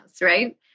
right